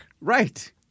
Right